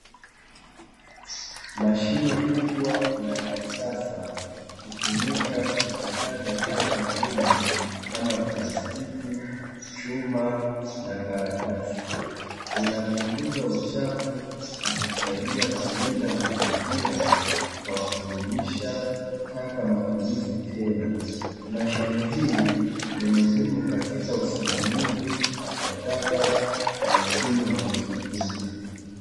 Mashine kubwa na ya kisasa hutumika kuchakata taka ngumu kama plastiki chuma na karatasi linapunguza uchafu na kusaidia kulinda mazingira kwa kurudisha taka matumizi tena mashine hii ni muhimu katika usimamizi wa taka na uchumi wa mizunguko.